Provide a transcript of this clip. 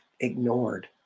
ignored